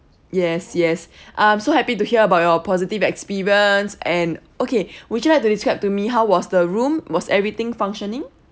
yes yes I'm so happy to hear about your positive experience and okay would you like to describe to me how was the room was everything functioning